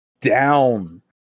Down